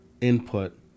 input